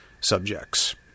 subjects